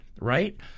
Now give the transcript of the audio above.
right